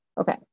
Okay